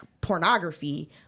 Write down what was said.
pornography